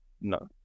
No